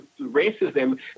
racism